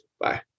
Bye